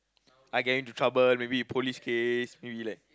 I get into trouble maybe police case maybe like